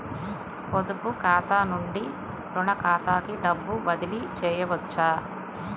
పొదుపు ఖాతా నుండీ, రుణ ఖాతాకి డబ్బు బదిలీ చేయవచ్చా?